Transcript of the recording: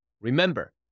Remember